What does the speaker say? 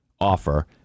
offer